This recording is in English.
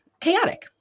chaotic